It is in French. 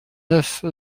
neuf